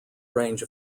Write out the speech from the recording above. range